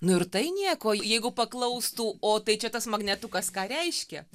nu ir tai nieko jeigu paklaustų o tai čia tas magnetukas ką reiškia